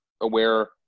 aware